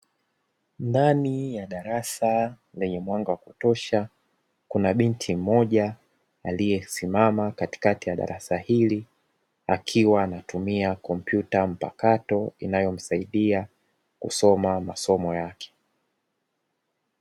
Ndani ya darasa lenye mwanga wa kutosha, kuna binti mmoja aliyesimama katikati ya darasa hili, akiwa anatumia kompyuta mpakato inayomsaidia kusoma masomo yake.